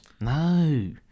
No